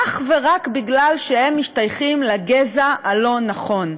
אך ורק בגלל שהם משתייכים לגזע הלא-נכון.